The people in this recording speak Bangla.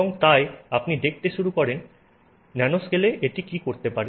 এবং তাই আপনি দেখতে শুরু করতে পারেন ন্যানোস্কেলে এটি কী করতে পারে